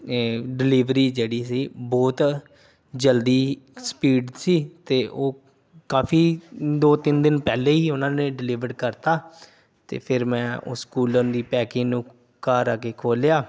delivery ਜਿਹੜੀ ਸੀ ਬਹੁਤ ਜਲਦੀ ਸਪੀਡ ਸੀ ਅਤੇ ਉਹ ਕਾਫੀ ਦੋ ਤਿੰਨ ਦਿਨ ਪਹਿਲੇ ਹੀ ਉਹਨਾਂ ਨੇ ਡਿਲੀਵਰਡ ਕਰਤਾ ਅਤੇ ਫਿਰ ਮੈਂ ਉਸ ਕੂਲਰ ਦੀ ਪੈਕਿੰਗ ਨੂੰ ਘਰ ਆ ਕੇ ਖੋਲ੍ਹਿਆ